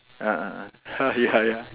ah ah ah ya ya